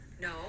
no